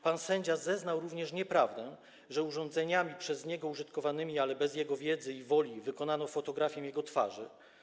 Pan sędzia zeznał również nieprawdę, że urządzeniami przez niego użytkowanymi, ale bez jego wiedzy i woli, wykonano fotografię jego twarzy.